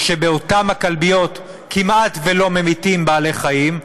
שבאותן הכלביות כמעט לא ממיתים בעלי-חיים,